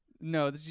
no